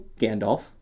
Gandalf